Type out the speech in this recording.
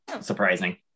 surprising